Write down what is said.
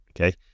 okay